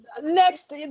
Next